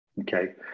Okay